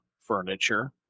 furniture